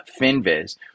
Finviz